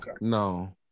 no